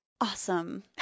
Awesome